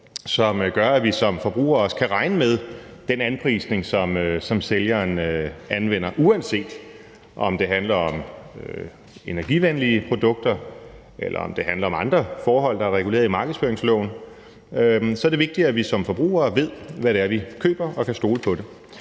som gør, at vi som forbrugere også kan regne med den anprisning, som sælgeren anvender. Uanset om det handler om energivenlige produkter eller om andre forhold, der er reguleret i markedsføringsloven, er det vigtigt, at vi som forbrugere ved, hvad det er, vi køber, og kan stole på det.